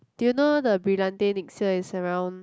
do you know the Brillante next year is around